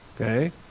Okay